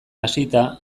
hasita